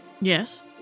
yes